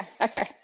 okay